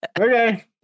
Okay